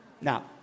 Now